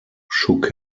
shook